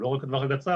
לא רק הטווח הקצר,